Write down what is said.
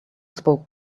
spoke